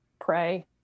pray